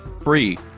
free